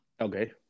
Okay